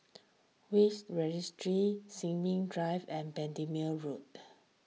Will's Registry Sin Ming Drive and Bendemeer Road